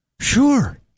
sure